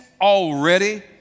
already